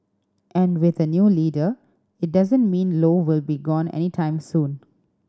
and with a new leader it doesn't mean Low will be gone anytime soon